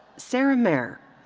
sarah mehr.